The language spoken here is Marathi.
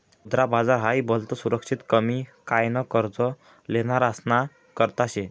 मुद्रा बाजार हाई भलतं सुरक्षित कमी काय न कर्ज लेनारासना करता शे